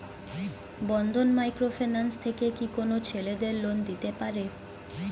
বন্ধন micro finance থেকে কি কোন ছেলেদের লোন দিতে পারে?